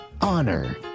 honor